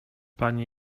panie